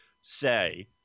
say